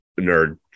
nerd